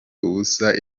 ubusa